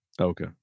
Okay